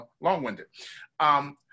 long-winded